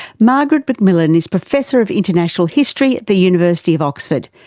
margaret mcmillan is professor of international history at the university of oxford,